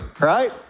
right